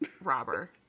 robber